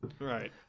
Right